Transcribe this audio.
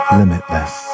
limitless